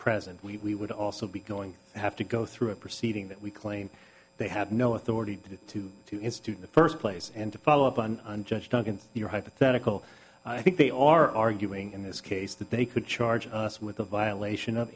present we would also be going to have to go through a proceeding that we claim they have no authority to to institute the first place and to follow up on judge duncan your hypothetical i think they are arguing in this case that they could charge us with a violation of